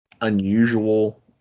unusual